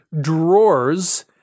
drawers